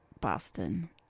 Boston